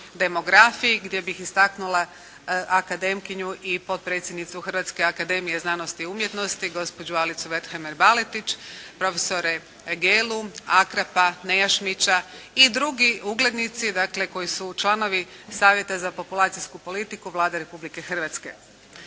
demografi gdje bih istaknula akademkinju i potpredsjednicu Hrvatske akademije znanosti i umjetnosti gospođu Alicu Vethemer Baletić, profesore Gelu, Akrapa, Nejašmića i drugi uglednici koji su članovi Savjeta za populacijsku politiku Vlade Republike Hrvatske.